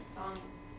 songs